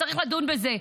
צריך לדון בזה,